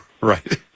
Right